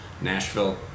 Nashville